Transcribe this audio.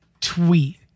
tweet